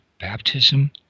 Baptism